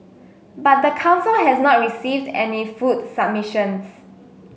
but the council has not received any food submissions